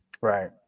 Right